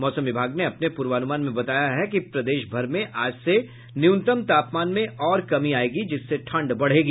मौसम विभाग ने अपने पूर्वानुमान में बताया है कि प्रदेशभर में आज से न्यूनतम तापमान में और कमी आयेगी जिससे ठंड बढ़ेगी